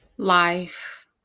life